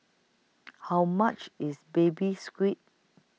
How much IS Baby Squid